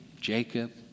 jacob